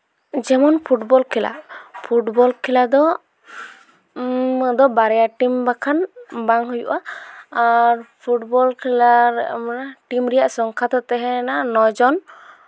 ᱡᱮᱢᱚᱱ ᱯᱷᱩᱴᱵᱚᱞ ᱠᱷᱮᱞᱟ ᱯᱷᱩᱴᱵᱚᱞ ᱠᱷᱮᱞᱟ ᱫᱚ ᱵᱟᱨᱭᱟ ᱴᱤᱢ ᱵᱟᱠᱷᱟᱱ ᱵᱟᱝ ᱦᱩᱭᱩᱜᱼᱟ ᱟᱨ ᱯᱷᱩᱴᱵᱚᱞ ᱠᱷᱮᱞᱟ ᱴᱤᱢ ᱨᱮᱭᱟᱜ ᱥᱚᱝᱠᱷᱟ ᱫᱚ ᱛᱟᱦᱮᱭᱮᱱᱟ ᱱᱚ ᱡᱚᱱ